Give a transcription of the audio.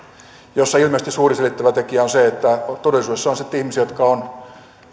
siinä ilmeisesti suuri selittävä tekijä on se että todellisuudessa on ihmisiä jotka ovat